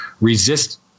resist